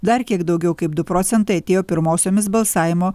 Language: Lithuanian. dar kiek daugiau kaip du procentai atėjo pirmosiomis balsavimo